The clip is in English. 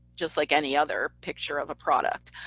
just like any other picture of a product.